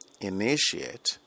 initiate